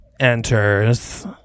Enters